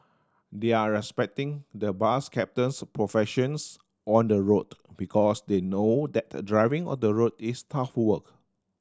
they're respecting the bus captain's professions on the road because they know that driving on the road is tough work